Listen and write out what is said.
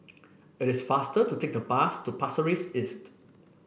it is faster to take the bus to Pasir Ris East